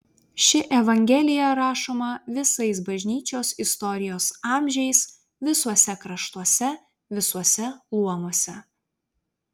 ši evangelija rašoma visais bažnyčios istorijos amžiais visuose kraštuose visuose luomuose